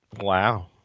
Wow